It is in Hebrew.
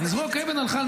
לזרוק אבן על חייל?